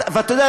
ואתה יודע,